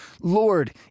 Lord